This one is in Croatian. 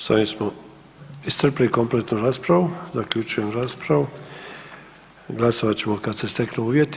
S ovim smo iscrpili kompletnu raspravu, zaključujem raspravu, glasovat ćemo kad se steknu uvjeti.